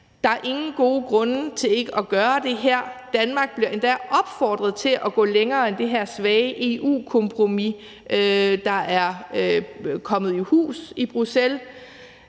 Der er ingen gode grunde til ikke at gøre det her, og Danmark bliver endda opfordret til at gå længere end det her svage EU-kompromis, der er kommet i hus i Bruxelles.